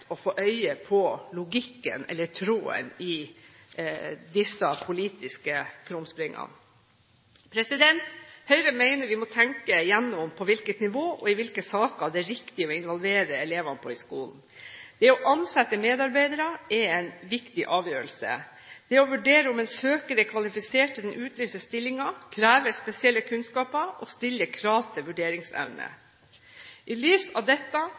å få øye på logikken eller tråden i disse politiske krumspringene. Høyre mener vi må tenke gjennom på hvilket nivå og i hvilke saker det er riktig å involvere elevene i skolen. Å ansette medarbeidere er en viktig avgjørelse. Å vurdere om en søker er kvalifisert til den utlyste stillingen, krever spesielle kunnskaper og stiller krav til vurderingsevne. I lys av dette